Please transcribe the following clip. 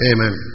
Amen